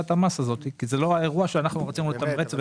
המס הזאת כי זה לא האירוע שאנחנו רצינו לתמרץ.